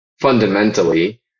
fundamentally